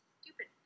Stupid